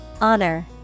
Honor